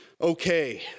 okay